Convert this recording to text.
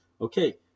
okay